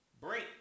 Break